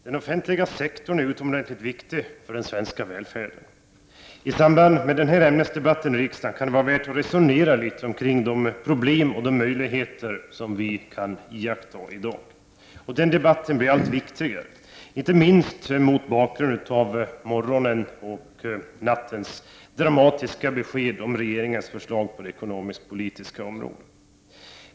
Herr talman! Den offentliga sektorn är utomordentligt viktig för den svenska välfärden. I samband med denna ämnesdebatt i riksdagen kan det vara värt att resonera litet omkring de problem och möjligheter som vi kan iaktta. Den debatten blir allt viktigare, inte minst mot bakgrund av morgonens dramatiska besked om regeringens förslag på det ekonomisk-politiska området.